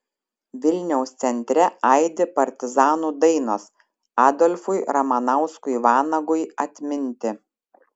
vilniaus centre aidi partizanų dainos adolfui ramanauskui vanagui atminti